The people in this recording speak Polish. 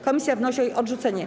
Komisja wnosi o jej odrzucenie.